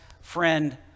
friend